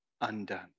undone